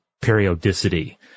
periodicity